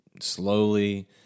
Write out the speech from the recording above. slowly